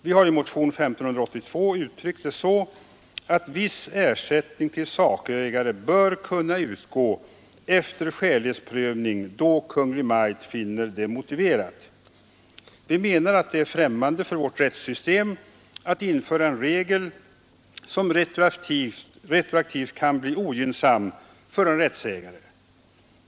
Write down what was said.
Vi har i motionen 1582 uttryckt det så att viss ersättning till sakägare bör kunna utgå efter lighetsprövning, då Kungl. Maj:t finner det motiverat. Vi menar att det är främmande för vårt rättssystem att införa en regel som retroaktivt kan bli ogynnsam för en rättsägare.